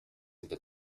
into